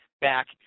back